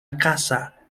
casa